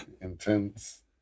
Intense